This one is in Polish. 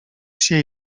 się